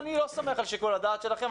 אני לא סומך על שיקול הדעת שלכם,